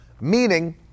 meaning